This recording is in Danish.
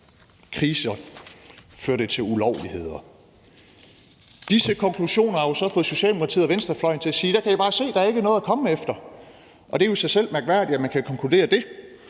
kriser på, der førte til ulovligheder. Disse konklusioner har jo så fået Socialdemokratiet og venstrefløjen til at sige: Der kan I bare se, der er ikke noget at komme efter. Det er jo i sig selv mærkværdigt, at man kan konkludere det.